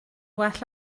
well